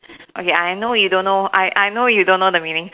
okay I know you don't know I I know you don't know the meaning